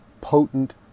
potent